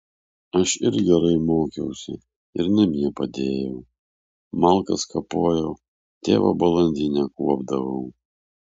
aš ir gerai mokiausi ir namie padėjau malkas kapojau tėvo balandinę kuopdavau